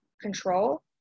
control